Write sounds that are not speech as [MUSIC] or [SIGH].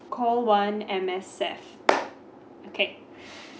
call one M_S_F [NOISE] okay